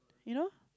you know